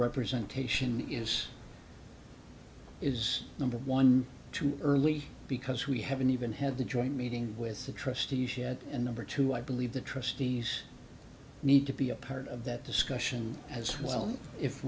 representation is is number one too early because we haven't even had the joint meeting with the trustees she had a number two i believe the trustees need to be a part of that discussion as well if